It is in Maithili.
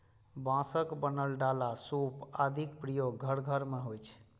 बांसक बनल डाला, सूप आदिक प्रयोग घर घर मे होइ छै